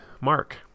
Mark